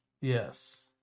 Yes